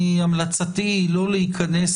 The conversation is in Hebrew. המלצתי היא לא להיכנס,